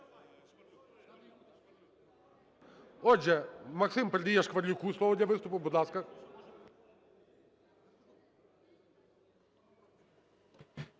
Отже, Максим передає Шкварилюку слово для виступу. Будь ласка.